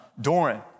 Doran